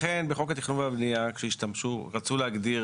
לכן בחוק התכנון והבנייה כשהשתמשו, רצו להגדיר